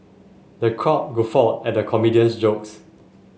the crowd guffawed at the comedian's jokes